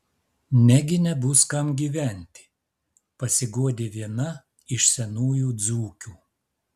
negi nebus kam gyventi pasiguodė viena iš senųjų dzūkių